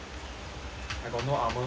I got no armour